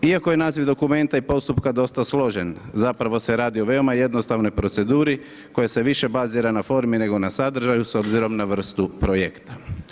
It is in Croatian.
Iako je naziv dokumenta i postupka dosta složen zapravo se radio o veoma jednostavnoj proceduri koja se više bazira na formi nego na sadržaju s obzirom na vrstu projekta.